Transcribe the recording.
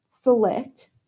select